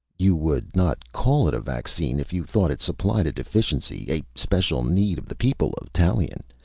you would not call it a vaccine if you thought it supplied a deficiency a special need of the people of tallien.